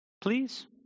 please